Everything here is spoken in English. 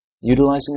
Utilizing